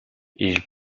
ils